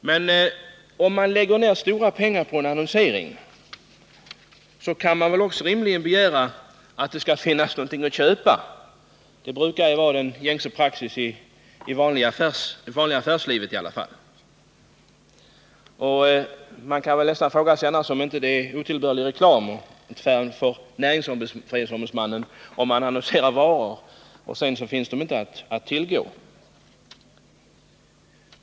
Men om det läggs ner stora pengar på en annonsering kan man väl också rimligen begära att det skall finnas någonting att köpa — det brukar ju vara praxis i det vanliga affärslivet i alla fall. Man kan väl fråga sig om det inte annars är otillbörlig reklam och ett ärende för näringsfrihetsombudsmannen, ifall varor annonseras och sedan inte finns att tillgå.